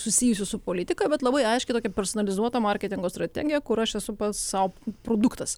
susijusius su politika bet labai aiški tokia personalizuota marketingo strategija kur aš esu pats sau produktas